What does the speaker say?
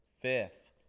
fifth